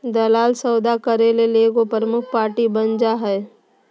दलाल सौदा करे ले एगो प्रमुख पार्टी बन जा हइ